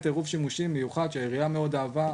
עירוב שימושים מיוחד שהעירייה מאוד אהבה,